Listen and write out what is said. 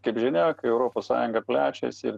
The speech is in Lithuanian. kaip žinia europos sąjunga plečiasi